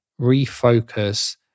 refocus